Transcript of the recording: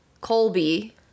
Colby